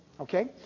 okay